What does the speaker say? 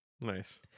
Nice